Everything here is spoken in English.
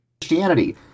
Christianity